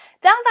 Down